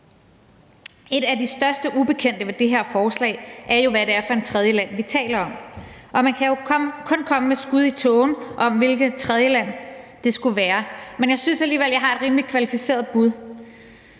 En af de største ubekendte ved det her forslag er jo, hvad det er for et tredjeland, vi taler om. Og man kan jo kun komme med et skud i tågen om, hvilket tredjeland det skulle være. Men jeg synes alligevel, at jeg har et rimelig kvalificeret bud: